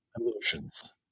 emotions